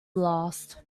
last